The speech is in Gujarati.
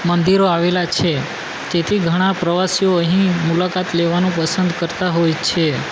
મંદિરો આવેલા છે તેથી ઘણા પ્રવાસીઓ અહીં મુલાકાત લેવાનું પસંદ કરતા હોય છે